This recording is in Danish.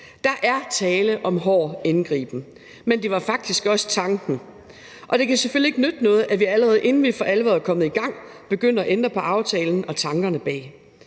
Der er tale om hård indgriben, men det var faktisk også tanken. Det kan selvfølgelig ikke nytte noget, at vi allerede, inden vi for alvor er kommet i gang, begynder at ændre på aftalen og tankerne bag.